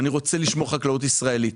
אני רוצה לשמור חקלאות ישראלית.